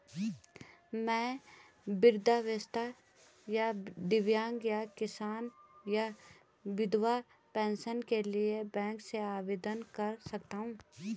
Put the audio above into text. मैं वृद्धावस्था या दिव्यांग या किसान या विधवा पेंशन के लिए बैंक से आवेदन कर सकता हूँ?